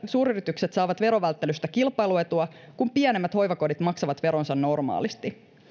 suuryritykset saavat verovälttelystä kilpailuetua kun pienemmät hoivakodit maksavat veronsa normaalisti